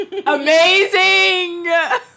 amazing